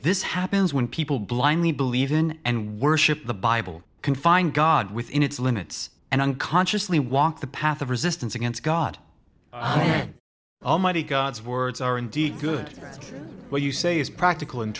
this happens when people blindly believe in and worship the bible can find god within its limits and unconsciously walk the path of resistance against god almighty god's words are indeed good what you say is practical and